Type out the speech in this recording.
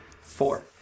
Four